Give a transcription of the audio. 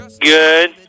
Good